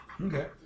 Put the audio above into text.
Okay